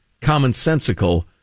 commonsensical